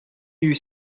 you